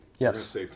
Yes